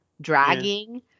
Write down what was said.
dragging